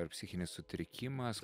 ar psichinis sutrikimas